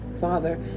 Father